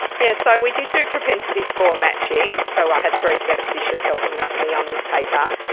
yes, so we did do propensity score matching, so i had three statisticians helping me on me on this paper.